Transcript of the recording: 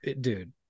dude